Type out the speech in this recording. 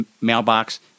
mailbox